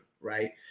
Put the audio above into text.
Right